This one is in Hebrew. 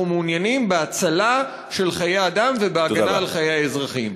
אנחנו מעוניינים בהצלת חיי אדם ובהגנה על חיי האזרחים.